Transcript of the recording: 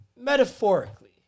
metaphorically